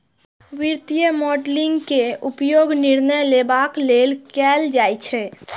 वित्तीय मॉडलिंग के उपयोग निर्णय लेबाक लेल कैल जाइ छै